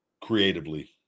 creatively